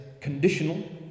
conditional